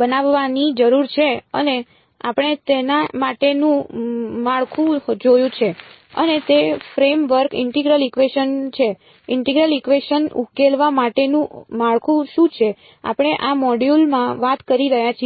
બનાવવાની જરૂર છે અને આપણે તેના માટેનું માળખું જોયું છે અને તે ફ્રેમવર્ક ઇન્ટિગરલ ઇકવેશન છે ઇન્ટિગરલ ઇકવેશન ઉકેલવા માટેનું માળખું શું છે આપણે આ મોડ્યુલમાં વાત કરી રહ્યા છીએ